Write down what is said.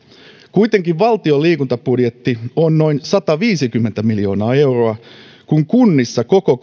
kuitenkin valtion liikuntabudjetti on noin sataviisikymmentä miljoonaa euroa kun kunnissa koko